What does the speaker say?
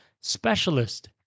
specialist